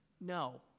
No